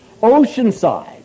Oceanside